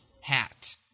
hat